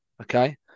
okay